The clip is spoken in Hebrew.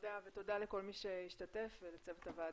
תודה ותודה לכל מי שהשתתף ולצוות הוועדה.